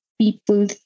people